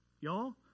y'all